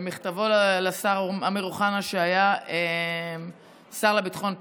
במכתבו לשר אמיר אוחנה, שהיה השר לביטחון פנים: